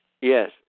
Yes